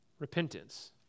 Repentance